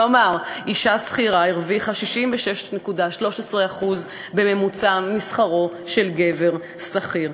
כלומר אישה שכירה הרוויחה 66.13% בממוצע משכרו של גבר שכיר.